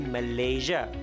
Malaysia